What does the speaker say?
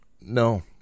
No